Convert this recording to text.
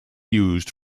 used